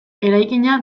eraikina